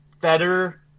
better